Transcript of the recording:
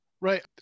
Right